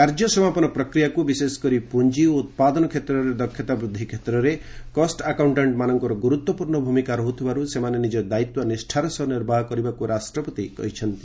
କାର୍ଯ୍ୟ ସମାପନ ପ୍ରକ୍ରିୟାକୁ ବିଶେଷକରି ପୁଞ୍ଜି ଓ ଉତ୍ପାଦନ କ୍ଷେତ୍ରରେ ଦକ୍ଷତା ବୃଦ୍ଧି କ୍ଷେତ୍ରରେ କଷ୍ ଆକାଉଣ୍ଟାଣ୍ଟ ମାନଙ୍କର ଗୁରୁତ୍ୱପୂର୍ଣ୍ଣ ଭୂମିକା ରହୁଥିବାରୁ ସେମାନେ ନିଜ ଦାୟିତ୍ୱ ନିଷ୍ଠାର ସହ ନିର୍ବାହ କରିବାକୁ ରାଷ୍ଟ୍ରପତି କହିଛନ୍ତି